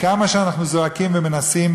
כמה שאנחנו זועקים ומנסים,